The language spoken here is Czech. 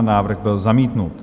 Návrh byl zamítnut.